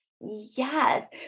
Yes